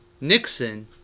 Nixon